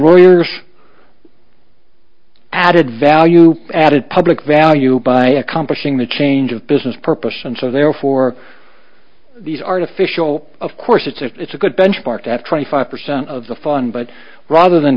lawyers added value added public value by accomplishing the change of business purpose and so therefore these artificial of course it's a good benchmark to have twenty five percent of the fun but rather than